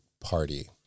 party